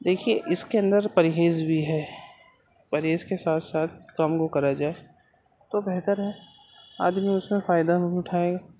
دیکھیے اس کے اندر پرہیز بھی ہے پرہیز کے ساتھ ساتھ کم وہ کرا جائے تو بہتر ہے آدمی اس میں فائدہ بھی اٹھائے گا